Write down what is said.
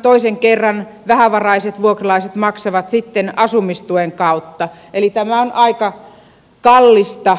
toisen kerran vähävaraiset vuokralaiset maksavat sitten asumistuen kautta eli tämä on aika kallista